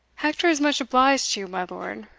hector is much obliged to you, my lord,